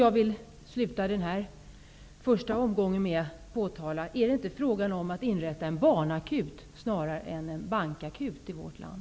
Jag vill avsluta den här första omgången med att fråga: Är det inte fråga om att inrätta en barnakut snarare än en bankakut i vårt land?